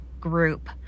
group